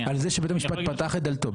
על זה שבית המשפט פתח את דלתו.